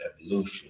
evolution